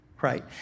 right